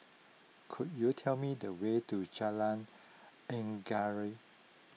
could you tell me the way to Jalan Anggerek